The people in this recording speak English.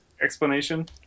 explanation